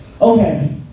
Okay